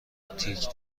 تیک